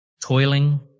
toiling